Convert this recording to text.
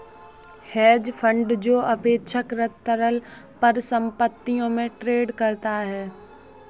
hedge fund जो अपेक्षाकृत तरल परिसंपत्तियों में ट्रेड करता है